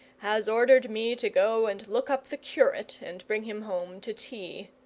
has ordered me to go and look up the curate and bring him home to tea.